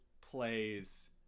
plays